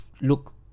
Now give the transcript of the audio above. look